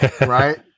Right